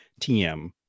TM